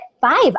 five